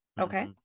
okay